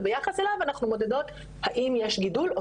וביחס אליו אנחנו מודדות האם יש גידול או